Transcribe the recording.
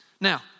Now